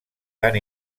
tant